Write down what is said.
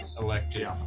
elected